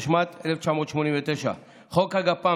התשמ"ט 1989. חוק הגז,